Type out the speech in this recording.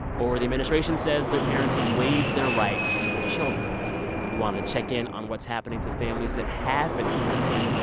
or the administration says their parents have waived their rights to their children we wanted to check in on what's happening to families that have been reunited.